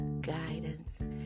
guidance